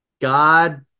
God